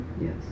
Yes